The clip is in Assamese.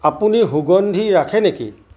আপুনি সুগন্ধি ৰাখে নেকি